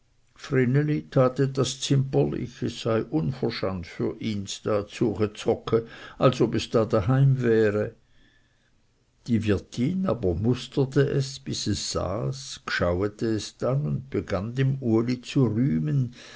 etwas zimperlich es sei uverschant für ihns da zuechezhocke als ob es da daheim wär die wirtin aber musterte es bis es saß gschauete es dann und begann dem uli zu rühmen